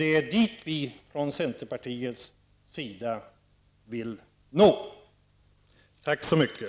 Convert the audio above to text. Det är dit vi från centerpartiet vill nå. Tack så mycket!